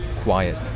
quiet